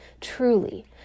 truly